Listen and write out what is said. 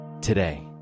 today